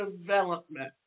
development